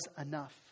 enough